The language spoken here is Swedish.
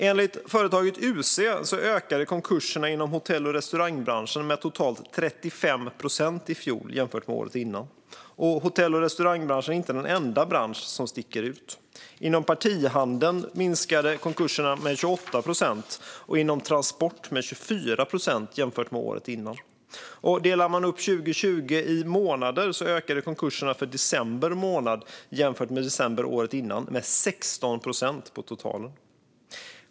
Enligt företaget UC ökade konkurserna inom hotell och restaurangbranschen med totalt 35 procent i fjol jämfört med året innan. Och hotell och restaurangbranschen är inte den enda bransch som sticker ut. Inom partihandeln ökade konkurserna med 28 procent och inom transport ökade de med 24 procent förra året jämfört med året innan. Delar man upp 2020 i månader ökade konkurserna för december månad, jämfört med december året innan, med 16 procent på totalen.